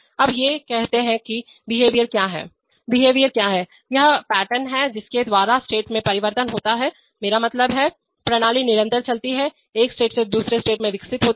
अब ये कहते हैं कि बिहेवियर क्या है बिहेवियर क्या है वह पैटर्न है जिसके द्वारा स्टेट में परिवर्तन होता है मेरा मतलब है प्रणाली निरंतर चलती है एक स्टेट से दूसरे स्टेट में विकसित होती है